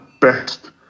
best